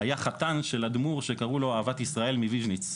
היה חתן של אדמו"ר שקראו לו אהבת ישראל מוויז'ניץ.